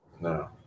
No